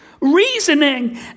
Reasoning